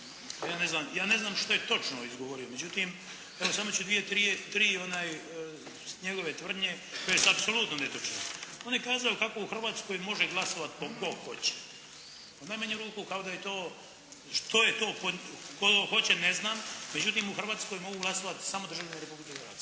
ja ne znam šta je točno izgovorio. Međutim, evo samo ću dvije, tri njegove tvrde koje su apsolutno netočne. On je kazao kako u Hrvatskoj može glasovati tko god hoće. U najmanju ruku kao da je to što je to, tko hoće ne znam. Međutim u Hrvatskoj mogu glasovati samo državljani Republike Hrvatske.